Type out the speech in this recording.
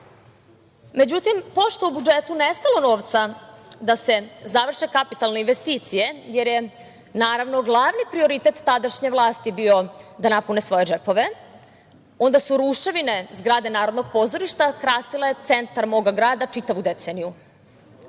Vladi.Međutim, pošto je u budžetu nestalo novca da se završe kapitalne investicije, jer je naravno glavni prioritet tadašnje vlasti da napune svoje džepove, onda su ruševine zgrade Narodnog pozorišta krasile centar moga grada čitavu deceniju,